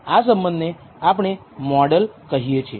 આ સંબંધ ને આપણે મોડલ કહીએ છીએ